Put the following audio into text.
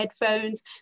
headphones